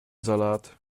salat